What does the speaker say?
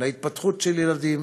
להתפתחות של ילדים,